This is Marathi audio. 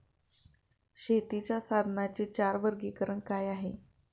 शेतीच्या साधनांचे चार वर्गीकरण काय आहे?